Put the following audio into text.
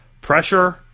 pressure